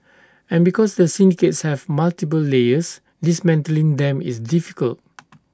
and because the syndicates have multiple layers dismantling them is difficult